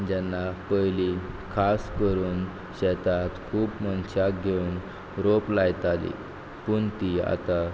जेन्ना पयलीं खास करून शेतात खूब मनशां घेवन रोप लायतालीं पूण तीं आतां